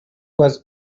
was